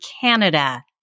Canada